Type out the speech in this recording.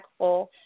impactful